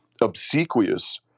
obsequious